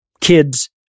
kids